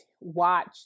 watch